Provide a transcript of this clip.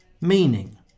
meaning